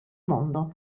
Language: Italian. mondo